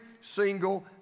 single